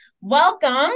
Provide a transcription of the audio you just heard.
welcome